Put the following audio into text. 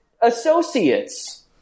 associates